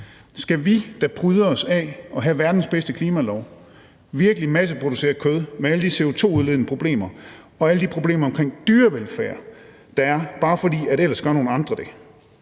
Skal vi, der pryder os af at have verdens bedste klimalov, virkelig masseproducere kød med alle de CO2-udledende problemer og alle de problemer omkring dyrevelfærd, der er, bare fordi andre ellers vil gøre det?